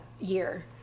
year